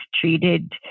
treated